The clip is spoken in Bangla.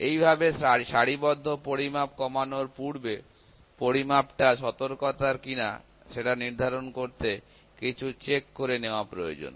এইভাবে সারিবদ্ধ পরিমাপ কমানোর পূর্বে পরিমাপটা সতর্কতার কিনা সেটা নির্ধারণ করতে কিছু পরীক্ষা করে নেওয়া প্রয়োজন